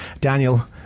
Daniel